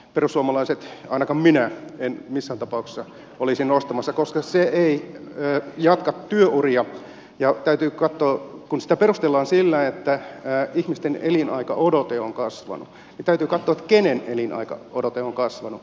perussuomalaiset ainakaan minä eivät missään tapauksessa olisi nostamassa koska se ei jatka työuria ja kun sitä perustellaan sillä että ihmisten elinaikaodote on kasvanut täytyy katsoa kenen elinaikaodote on kasvanut